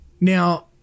Now-